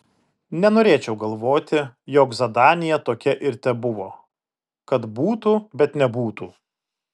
nenorėčiau galvoti jog zadanija tokia ir tebuvo kad būtų bet nebūtų